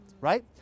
Right